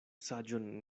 saĝon